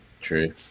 true